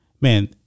man